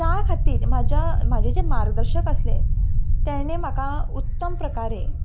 त्या खातीर म्हजें जें मार्गदर्शक आसले ताणें म्हाका उत्तम प्रकारे